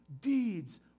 deeds